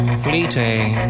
fleeting